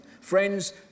Friends